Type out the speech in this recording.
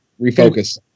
refocus